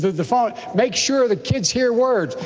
there's the fine. make sure the kids hear words.